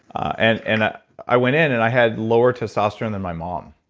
and and ah i went in, and i had lower testosterone than my mom.